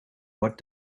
what